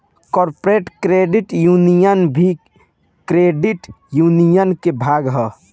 corporate credit union भी credit union के भाग ह